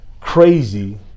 crazy